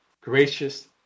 gracious